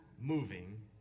moving